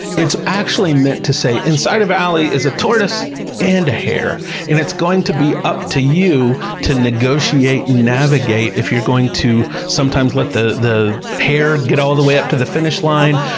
it's actually meant to say, inside of alie is a tortoise and a hare and it's going to be up to you to negotiate, navigate, if you're going to sometimes let the the hare get all the way up to the finish line.